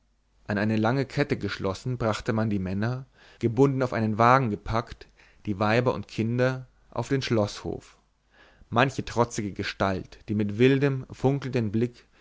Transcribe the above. an eine lange kette geschlossen brachte man die männer gebunden auf einen wagen gepackt die weiber und kinder auf den schloßhof manche trotzige gestalt die mit wildem funkelnden blick